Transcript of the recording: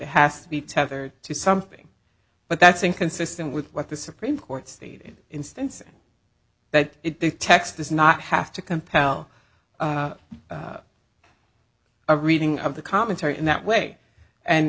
has to be tethered to something but that's inconsistent with what the supreme court stated instance that the text does not have to compel a reading of the commentary in that way